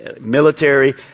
military